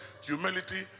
humility